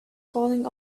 falling